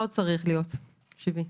שיבי,